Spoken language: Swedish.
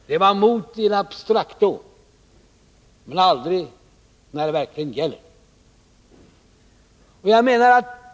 Man är mot in abstracto, men aldrig när det verkligen gäller.